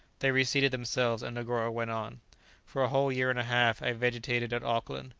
they reseated themselves, and negoro went on for a whole year and a half i vegetated at auckland.